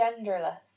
genderless